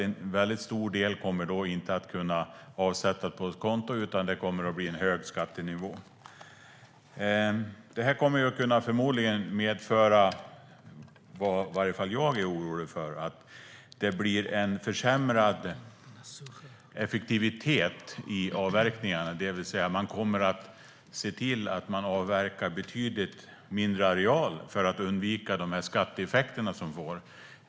En väldigt stor del kommer då inte att kunna avsättas på ett konto, utan det blir en hög skattenivå. Detta kommer förmodligen att kunna medföra en försämrad effektivitet i avverkningarna. Det är i varje fall jag orolig för. Man kommer att avverka betydligt mindre arealer för att undvika de här skatteeffekterna.